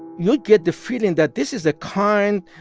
you'd get the feeling that this is a kind,